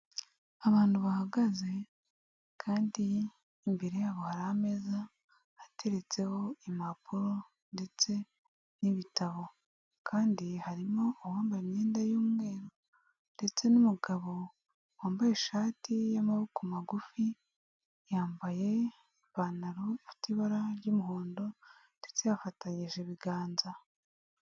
Abantu bahagaze kandi imbere yabo hari ameza ateretseho impapuro ndetse n'ibitabo. Kandi harimo uwambaye imyenda y'umweru ndetse n'umugabo wambaye ishati y'amaboko magufi, yambaye ipantaro ifite ibara ry'umuhondo ndetse yafatanyije ibiganza.